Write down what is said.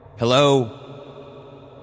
Hello